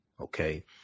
Okay